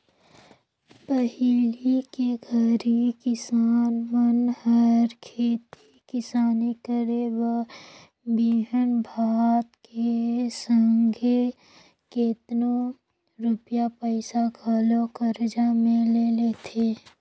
पहिली के घरी किसान मन हर खेती किसानी करे बर बीहन भात के संघे केतनो रूपिया पइसा घलो करजा में ले लेथें